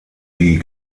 wie